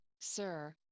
sir